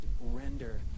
render